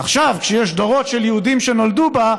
עכשיו כשיש דורות של יהודים שנולדו בה,